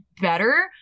better